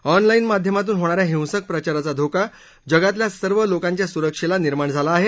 online माध्यमातून होणाऱ्या हिंसक प्रचाराचा धोका जगातल्या सर्व लोकांच्या सुरक्षेला निर्माण झाला आहे